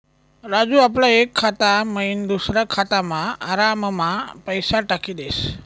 राजू आपला एक खाता मयीन दुसरा खातामा आराममा पैसा टाकी देस